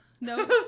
No